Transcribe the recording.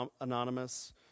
Anonymous